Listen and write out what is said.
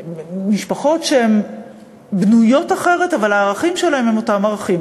משפחות שבנויות אחרת אבל הערכים שלהן הם אותם ערכים.